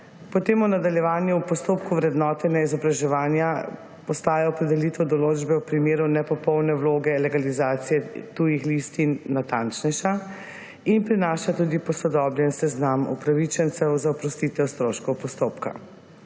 V nadaljevanju v postopku vrednotenja izobraževanja postajajo opredelitve določbe v primeru nepopolne vloge legalizacije tujih listin natančnejše. Prinaša tudi posodobljen seznam upravičencev za oprostitev stroškov postopka.